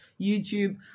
YouTube